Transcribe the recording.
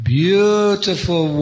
beautiful